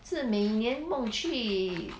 是每年梦去